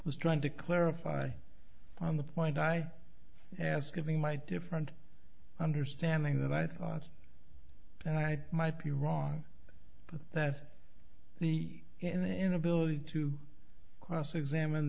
was trying to clarify on the point i asked giving my different understanding that i thought and i might be wrong but that the inability to cross examine